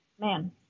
Man